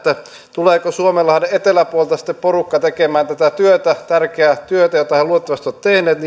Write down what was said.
tuleeko suomenlahden eteläpuolelta porukka tekemään tätä tärkeää työtä heidän puolestaan jota he luotettavasti ovat tehneet